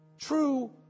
true